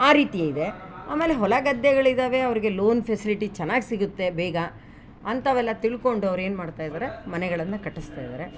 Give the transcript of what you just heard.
ಆ ರೀತಿ ಇದೆ ಆಮೇಲೆ ಹೊಲ ಗದ್ದೆಗಳಿದಾವೆ ಅವರಿಗೆ ಲೋನ್ ಫೆಸಿಲಿಟಿ ಚೆನ್ನಾಗ್ ಸಿಗುತ್ತೆ ಬೇಗ ಅಂಥವೆಲ್ಲ ತಿಳ್ಕೊಂಡು ಅವ್ರೇನು ಮಾಡ್ತಾ ಇದಾರೆ ಮನೆಗಳನ್ನು ಕಟ್ಟಿಸ್ತಾ ಇದಾರೆ